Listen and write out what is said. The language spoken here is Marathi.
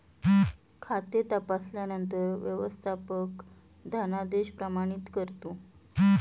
खाते तपासल्यानंतर व्यवस्थापक धनादेश प्रमाणित करतो